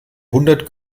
hundert